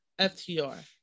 FTR